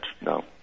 no